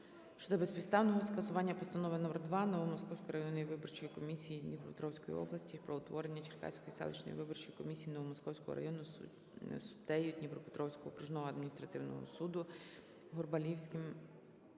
щодо безпідставного скасування Постанови №2 Новомосковської районної виборчої комісії Дніпропетровської області про утворення Черкаської селищної виборчої комісії Новомосковського району суддею Дніпропетровського окружного адміністративного суду Горбалівським